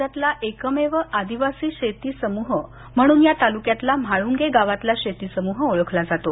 राज्यातला एकमेव आदिवासी शेती समूह म्हणून या तालुक्यातला म्हाळूंगे गावातला शेती समूह ओळखला जातो